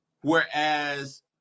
Whereas